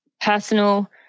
personal